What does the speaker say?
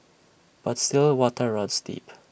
but still waters runs deep